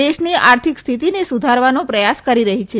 દેશની આર્થિક સ્થિતિને સુધારવાનો પ્રથાસ કરી રહી છે